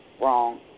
wrong